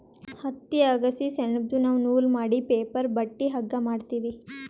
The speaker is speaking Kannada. ಹತ್ತಿ ಅಗಸಿ ಸೆಣಬ್ದು ನಾವ್ ನೂಲ್ ಮಾಡಿ ಪೇಪರ್ ಬಟ್ಟಿ ಹಗ್ಗಾ ಮಾಡ್ತೀವಿ